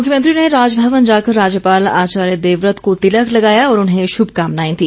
मुख्यमंत्री ने राजभवन जाकर राज्यपाल आचार्य देवव्रत को तिलक लगाया और उन्हें शुभकामनाएं दी